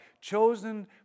chosen